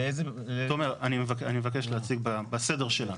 לאיזה תומר, אני מבקש להציג בסדר שלנו.